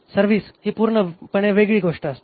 service ही पूर्णपणे वेगळी गोष्ट असते